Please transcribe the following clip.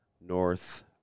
North